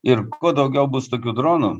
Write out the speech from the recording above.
ir kuo daugiau bus tokių dronų